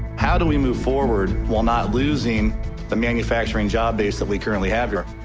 how do we move forward while not losing the manufacturing job base that we currently have here?